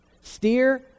Steer